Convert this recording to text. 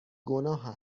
گناه